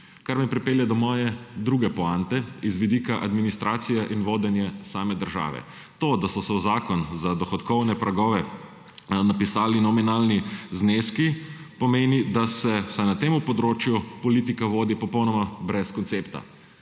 kar me pripelje do moje druge poante z vidika administracije in vodenja same države. To, da so se v zakon za dohodkovne pragove napisali nominalni zneski, pomeni, da se, vsaj na tem področju, politika vodi popolnoma brez koncepta.